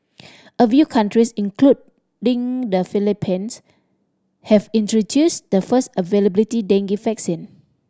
a few countries including the Philippines have introduced the first availability dengue vaccine